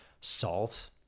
Salt